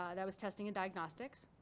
ah that was testing and diagnostics.